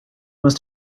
must